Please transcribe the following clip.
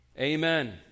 Amen